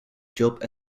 job